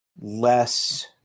less